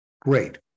great